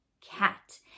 cat